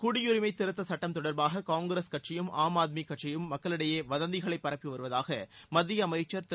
குடியுரிமை திருத்தச் சுட்டம் தொடர்பாக காங்கிரஸ் கட்சியும் ஆம் ஆத்மி கட்சியும் மக்களிடையே வதந்திகளை பரப்பி வருவதாக மத்திய அமைச்சர் திரு